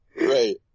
Right